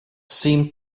seemed